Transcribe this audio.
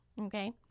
Okay